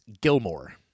Gilmore